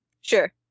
Sure